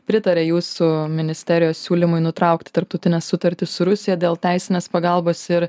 pritarė jūsų ministerijos siūlymui nutraukti tarptautinę sutartį su rusija dėl teisinės pagalbos ir